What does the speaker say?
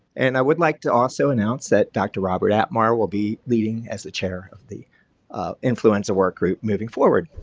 and i would like to also announce that dr. robert atmar will be leading as the chair of the influenza work group moving forward.